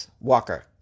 Walker